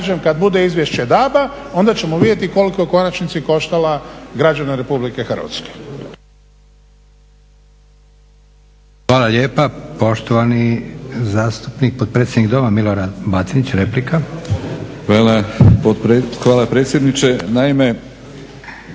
kad bude izvješće DAB-a onda ćemo vidjeti koliko je u konačnici koštala građane RH.